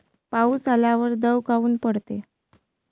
पाऊस आल्यावर दव काऊन पडते?